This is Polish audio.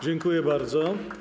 Dziękuję bardzo.